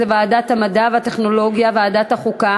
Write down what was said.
לוועדת המדע והטכנולוגיה ולוועדת החוקה,